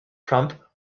trump